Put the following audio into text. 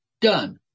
done